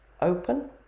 open